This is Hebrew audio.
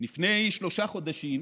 לפני שלושה חודשים